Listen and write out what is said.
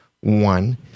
one